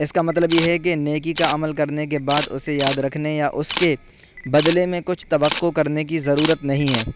اس کا مطلب یہ ہے کہ نیکی کا عمل کرنے کے بعد اسے یاد رکھنے یا اس کے بدلے میں کچھ توقع کرنے کی ضرورت نہیں ہے